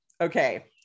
Okay